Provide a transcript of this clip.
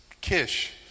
Kish